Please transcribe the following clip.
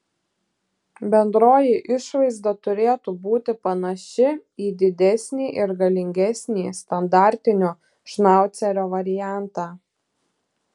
bendroji išvaizda turėtų būti panaši į didesnį ir galingesnį standartinio šnaucerio variantą